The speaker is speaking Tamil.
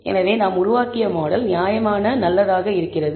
எனவே நாம் உருவாக்கிய மாடல் நியாயமான நல்லதாக இருக்கிறது